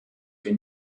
wir